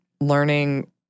learning